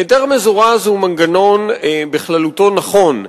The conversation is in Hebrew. היתר מזורז הוא מנגנון, בכללותו, נכון.